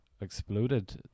exploded